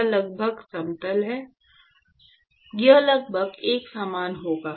यह लगभग समतल होगा यह लगभग एक समान होगा